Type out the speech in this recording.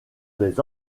des